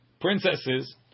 princesses